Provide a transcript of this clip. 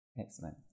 Excellent